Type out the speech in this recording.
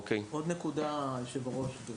עוד נקודה, ברשותך: